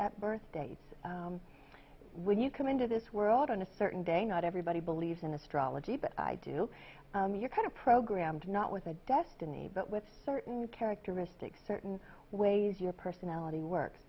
at birth dates when you come into this world on a certain day not everybody believes in astrology but i do you're kind of programmed not with a destiny but with certain characteristics certain ways your personality works